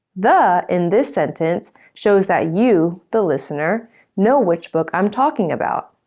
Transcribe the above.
the in this sentence shows that you the listener know which book i'm talking about.